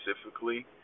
specifically